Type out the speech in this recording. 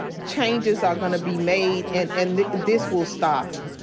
and changes are gonna be made, and and this will stop.